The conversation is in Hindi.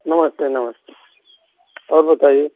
नमस्ते नमस्ते और बताइए